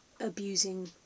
abusing